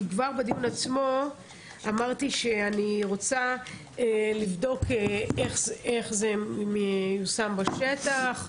כי כבר בדיון עצמו אמרתי שאני רוצה לבדוק איך זה מיושם בשטח.